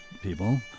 people